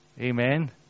Amen